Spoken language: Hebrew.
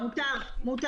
כן.